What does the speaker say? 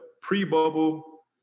pre-bubble